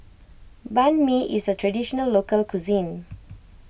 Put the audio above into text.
Banh Mi is a Traditional Local Cuisine